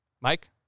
Mike